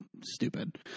stupid